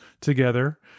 together